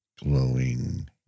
Glowing